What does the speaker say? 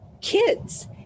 kids